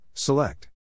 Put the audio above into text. Select